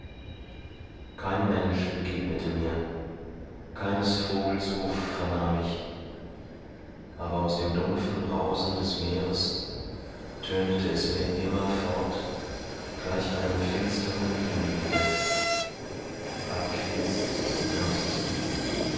kein mensch begegnete mir keines vogels ruf vernahm ich aber aus dem dumpfen brausen des meeres tönete es mir immerfort gleich einem finsteren wiegenliede aquis